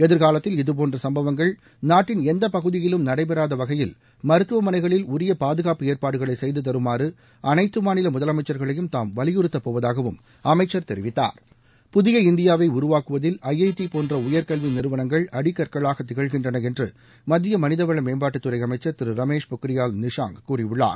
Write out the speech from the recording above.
எதிர்காலத்தில் இதபோன்ற சம்பவங்கள் நாட்டின் எந்த பகுதியிலும் நடைபெறாத வகையிலமருத்துவமனைகளில் உரிய பாதுகாப்பு ஏற்பாடுகளை செய்து தருமாறு அனைத்து மாநில முதலமைச்சர்களையும் தாம் வலியுறுத்தப்போவதாகவும் அமைச்சர் தெரிவித்தார் புதிய இந்தியாவை உருவாக்குவதில் ஐஐடி போன்ற உயர்கல்வி நிறுவனங்கள் அடிக்கற்களாக திகழ்கின்றன என்று மத்திய மனிதவள மேம்பாட்டுத் துறை அமைச்சர் திரு ரமேஷ் பொக்ரியால் நிஷாங்க் கூறியுள்ளார்